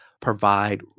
provide